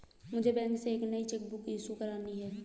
मुझे बैंक से एक नई चेक बुक इशू करानी है